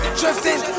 drifting